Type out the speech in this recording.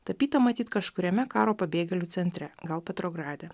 tapyta matyt kažkuriame karo pabėgėlių centre gal petrograde